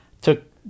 took